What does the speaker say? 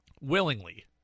willingly